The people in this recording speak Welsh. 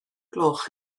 gloch